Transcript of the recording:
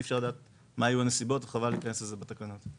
אי-אפשר לדעת מה יהיו הנסיבות וחבל להיכנס לזה בתקנות.